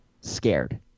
scared